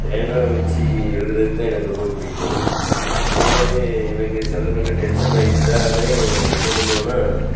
பேனா வச்சு எழுதுறதுக்கு தான் எனக்கு ரொம்ப பிடிக்கும் பொதுவாகவே எனக்கு சில நேரம் இந்த டென்சன் ஆயிட்டாலே என்ன பண்ணுவேன்னா